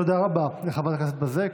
תודה רבה לחבר הכנסת בזק.